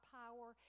power